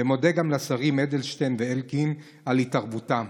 ומודה גם לשרים אדלשטיין ואלקין על התערבותם.